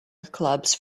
clubs